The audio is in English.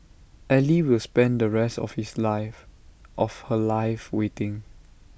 ally will spend the rest of his life of her life waiting